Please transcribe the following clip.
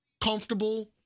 comfortable